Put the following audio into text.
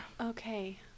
Okay